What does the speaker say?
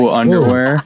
underwear